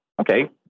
okay